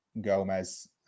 Gomez